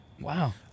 Wow